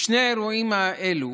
בשני האירועים האלו